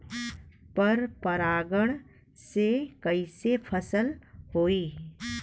पर परागण से कईसे फसल होई?